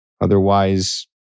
Otherwise